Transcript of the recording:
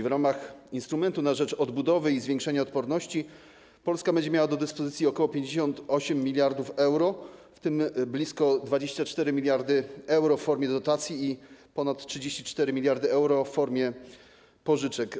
W ramach instrumentu na rzecz odbudowy i zwiększenia odporności Polska będzie miała do dyspozycji ok. 58 mld euro, w tym blisko 24 mld euro w formie dotacji i ponad 34 mld euro w formie pożyczek.